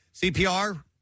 CPR